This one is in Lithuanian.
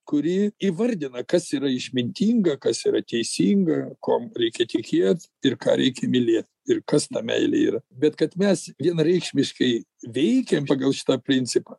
kuri įvardina kas yra išmintinga kas yra teisinga ko reikia tikėti ir ką reikia mylėt ir kas ta meilė yra bet kad mes vienareikšmiškai veikiam pagal šitą principą